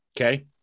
okay